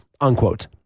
unquote